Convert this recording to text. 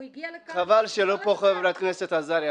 הוא הגיע לכאן --- חבל שחברת הכנסת עזריה